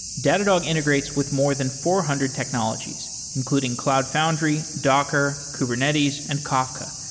datadog integrates with more than four hundred technologies, including cloud foundry, docker, kubernetes and kafka,